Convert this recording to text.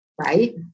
right